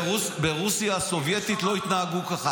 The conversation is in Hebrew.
ברוסיה הסובייטית לא התנהגו ככה.